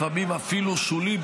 לפעמים אפילו שולי,